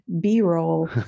B-roll